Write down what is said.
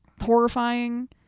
horrifying